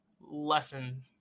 lesson